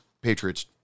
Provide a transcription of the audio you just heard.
Patriots